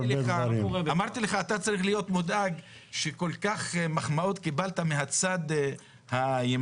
אמרתי לך אתה צריך להיות מודאג שקיבלת מחמאות קיבלת מהצד הימני